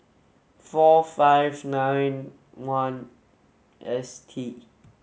four five nine one S T